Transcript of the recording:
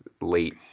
late